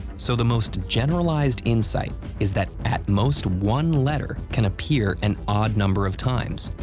so the most generalized insight is that at most one letter can appear an odd number of times,